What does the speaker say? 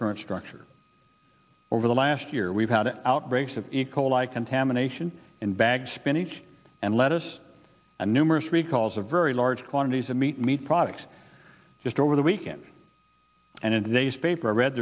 current structure over the last year we've had outbreaks of the cold like contamination in bags spinach and lettuce and numerous recalls a very large quantities of meat meat products just over the weekend and in today's paper i read